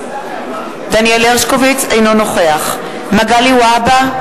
אינו נוכח מגלי והבה,